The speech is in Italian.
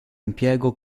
impiego